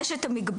יש את המגבלה,